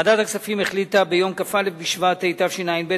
ועדת הכספים החליטה ביום כ"א בשבט התשע"ב,